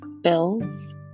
bills